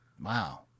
Wow